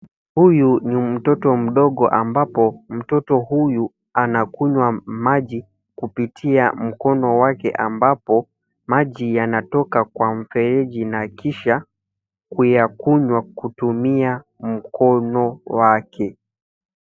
Huyu ni mtoto mdogo ambapo mtoto huyu anakunywa maji kupitia mkono wake ambapo maji yanatoka kwa mfereji na kisha kuyakunywa kutumia mkono wake.